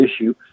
issue